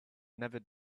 never